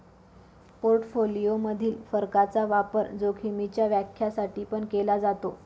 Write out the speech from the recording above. portfolio मधील फरकाचा वापर जोखीमीच्या व्याख्या साठी पण केला जातो